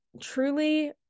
truly